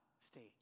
stage